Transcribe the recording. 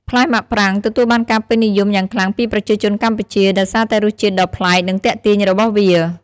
ផ្លែមាក់ប្រាងទទួលបានការពេញនិយមយ៉ាងខ្លាំងពីប្រជាជនកម្ពុជាដោយសារតែរសជាតិដ៏ប្លែក និងទាក់ទាញរបស់វា។